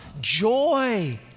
joy